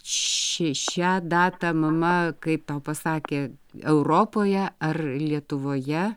ši šią datą mama kaip tau pasakė europoje ar lietuvoje